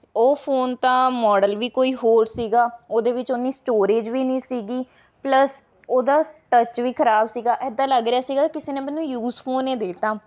ਉਹ ਫੋਨ ਤਾਂ ਮੋਡਲ ਵੀ ਕੋਈ ਹੋਰ ਸੀਗਾ ਉਹਦੇ ਵਿੱਚ ਓਨੀ ਸਟੋਰੇਜ ਵੀ ਨਹੀਂ ਸੀਗੀ ਪਲੱਸ ਉਹਦਾ ਟੱਚ ਵੀ ਖਰਾਬ ਸੀਗਾ ਇੱਦਾਂ ਲੱਗ ਰਿਹਾ ਸੀਗਾ ਕਿਸੇ ਨੇ ਮੈਨੂੰ ਯੂਜ਼ ਫੋਨ ਹੀ ਦੇਤਾ